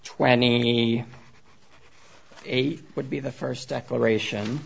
twenty eight would be the first declaration